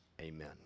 Amen